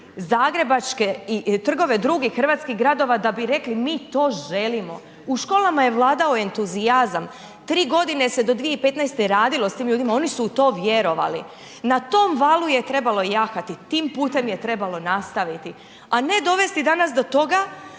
zagrebačke i trgove drugih hrvatskih gradova da bi rekli mi to želimo, u školama je vladao entuzijazam, 3.g. se do 2015.g. radilo s tim ljudima, oni su u to vjerovali, na tom valu je trebalo jahati, tim putem je trebalo nastaviti, a ne dovesti danas do toga